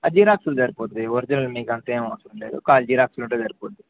ఆ జీరాక్సులు జరిపోద్ది ఒరిజల్ మీకుంత ఏం అవసం లేదు కాల్ జీరాక్కులు కూడా జరిపోద్ది